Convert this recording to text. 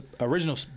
Original